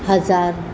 हज़ारु